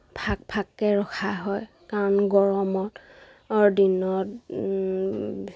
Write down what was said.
ফাক ফাককৈ ৰখা হয় কাৰণ গৰমত অৰ দিনত